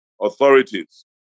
authorities